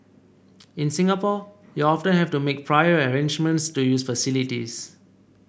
in Singapore you often have to make prior arrangements to use facilities